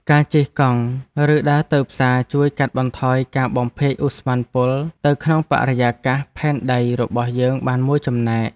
ការជិះកង់ ឬដើរទៅផ្សារជួយកាត់បន្ថយការបំភាយឧស្ម័នពុលទៅក្នុងបរិយាកាសផែនដីរបស់យើងបានមួយចំណែក។